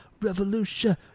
Revolution